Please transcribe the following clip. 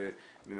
ויש